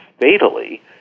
fatally